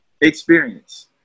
experience